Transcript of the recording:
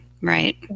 Right